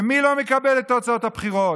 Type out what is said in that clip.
ומי לא מקבל את תוצאות הבחירות?